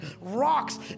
rocks